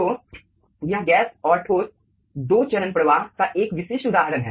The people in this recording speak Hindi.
तो यह गैस और ठोस दो चरण प्रवाह का एक विशिष्ट उदाहरण है